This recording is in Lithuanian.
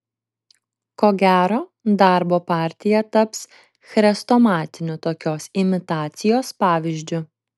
ko gero darbo partija taps chrestomatiniu tokios imitacijos pavyzdžiu